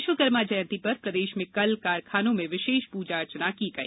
विश्वकर्मा जयंती पर प्रदेश में कल कारखानों में विशेष प्रजा अर्चना की गई